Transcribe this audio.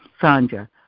Sandra